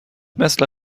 مثل